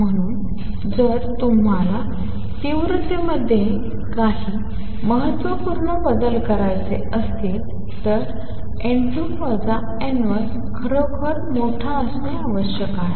म्हणून जर तुम्हाला तीव्रतेमध्ये काही महत्त्वपूर्ण बदल करायचा असेल तर खरोखर मोठे असणे आवश्यक आहे